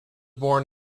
born